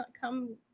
come